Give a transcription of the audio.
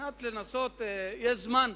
יש זמן.